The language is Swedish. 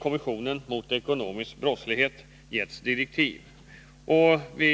Kommissionen mot ekonomisk brottslighet har givits direktiv om en sådan översyn.